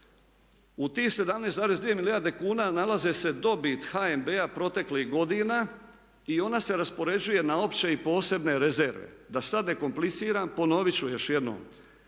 U tih 17,2 milijarde kuna nalaze se dobit HNB-a proteklih godina i ona se raspoređuje na opće i posebne rezerve. Da sad ne kompliciram ponovit ću još jednom